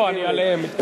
זה עליהם.